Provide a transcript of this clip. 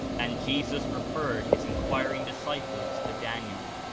and jesus referred his enquiring disciples to daniel.